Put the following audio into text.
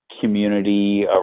community